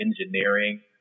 engineering